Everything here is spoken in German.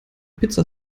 pizza